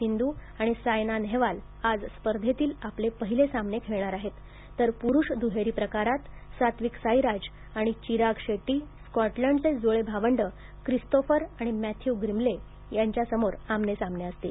सिंधू आणि सायना नेहवाल आज स्पर्धेतील आपले पहिले सामने खेळणार आहेत तर पुरुष दुहेरी प्रकारांत सात्विक साईराज आमि चिराग शेट्टी स्कॉटलँडचे जुळी भावंडं क्रिस्तोफर आणि मॅथ्यू ग्रिमले आमने सामने असतील